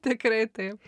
tikrai taip